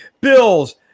Bills